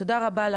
תודה רבה,